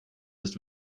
ist